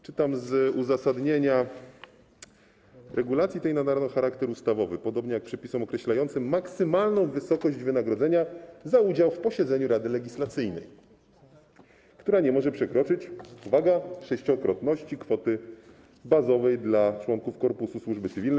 Czytam z uzasadnienia: regulacji tej nadano charakter ustawowy, podobnie jak przepisom określającym maksymalną wysokość wynagrodzenia za udział w posiedzeniu Rady Legislacyjnej, która nie może przekroczyć - uwaga - sześciokrotności kwoty bazowej dla członków korpusu służby cywilnej.